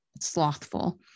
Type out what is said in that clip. slothful